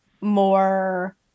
more